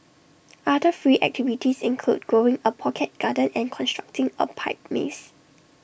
other free activities include growing A pocket garden and constructing A pipe maze